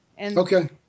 Okay